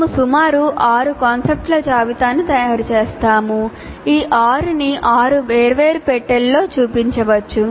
మేము సుమారు 6 కాన్సెప్టుల జాబితాను తయారు చేసాము ఈ 6 ని 6 వేర్వేరు పెట్టెలులొ చూపించవచ్చు